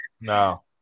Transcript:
no